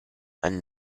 and